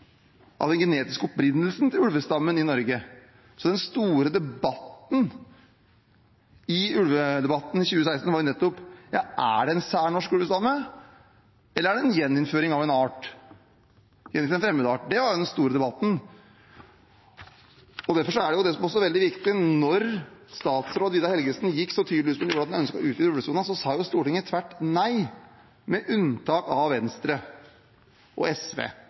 av den genetiske opprinnelsen til ulvestammen i Norge.» Så det store spørsmålet i ulvedebatten i 2016 var nettopp: Er det en særnorsk ulvestamme, eller er det gjeninnføring av en art, innføring av en fremmed art? Det var den store debatten. Derfor er det også særlig viktig, for da statsråd Vidar Helgesen gikk så tydelig ut som han gjorde, og ønsket å utvide ulvesonen, sa Stortinget tvert nei – med unntak av Venstre, SV og